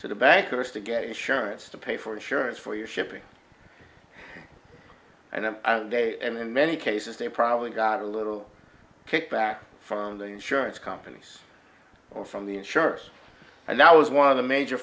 to the bankers to get insurance to pay for insurance for your shipping and a day and in many cases they probably got a little kickback from the insurance companies or from the insurers and that was one of the major